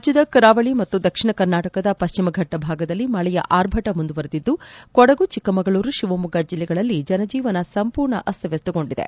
ರಾಜ್ಯದ ಕರಾವಳಿ ಮತ್ತು ದಕ್ಷಿಣ ಕರ್ನಾಟಕದ ಪಶ್ಚಿಮ ಘಟ್ನ ಭಾಗದಲ್ಲಿ ಮಳೆಯ ಆರ್ಭಟ ಮುಂದುವರಿದಿದ್ದು ಕೊಡಗು ಚಿಕ್ಕಮಗಳೂರು ಶಿವಮೊಗ್ಗ ಜಿಲ್ಲೆಗಳಲ್ಲಿ ಜನಜೀವನ ಸಂಪೂರ್ಣ ಅಸ್ತವ್ಯಸ್ತಗೊಂಡಿದೆ